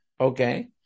Okay